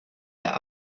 der